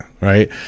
right